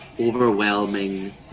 overwhelming